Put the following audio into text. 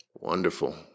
Wonderful